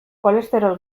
kolesterol